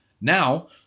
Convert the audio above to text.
Now